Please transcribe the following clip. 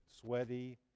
sweaty